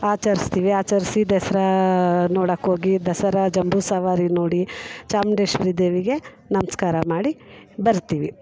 ಆಚರಿಸ್ತೀವಿ ಆಚರಿಸಿ ದಸರಾ ನೋಡೋಕ್ಕೋಗಿ ದಸರಾ ಜಂಬೂಸವಾರಿ ನೋಡಿ ಚಾಮುಂಡೇಶ್ವರಿ ದೇವಿಗೆ ನಮಸ್ಕಾರ ಮಾಡಿ ಬರ್ತೀವಿ